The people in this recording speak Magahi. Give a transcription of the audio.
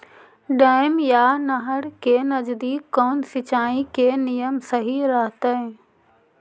डैम या नहर के नजदीक कौन सिंचाई के नियम सही रहतैय?